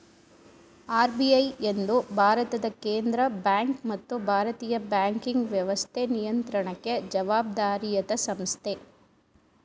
RBI ಎಂದು ಭಾರತದ ಕೇಂದ್ರ ಬ್ಯಾಂಕ್ ಮತ್ತು ಭಾರತೀಯ ಬ್ಯಾಂಕಿಂಗ್ ವ್ಯವಸ್ಥೆ ನಿಯಂತ್ರಣಕ್ಕೆ ಜವಾಬ್ದಾರಿಯತ ಸಂಸ್ಥೆ